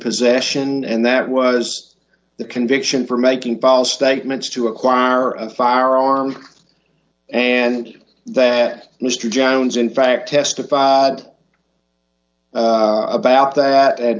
possession and that was the conviction for making false statements to acquire a firearm and that mr jones in fact testified about that a